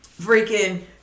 freaking